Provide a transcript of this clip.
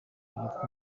yitwa